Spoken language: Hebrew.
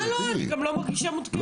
בכלל לא, אני גם לא מרגישה מותקפת.